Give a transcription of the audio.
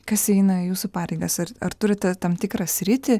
kas įeina į jūsų pareigas ir ar turite tam tikrą sritį